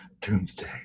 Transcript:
Doomsday